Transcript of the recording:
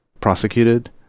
prosecuted